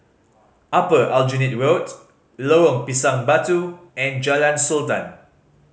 Upper Aljunied Road Lorong Pisang Batu and Jalan Sultan